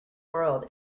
world